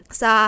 sa